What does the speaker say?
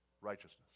righteousness